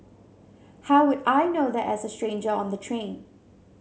how would I know that as a stranger on the train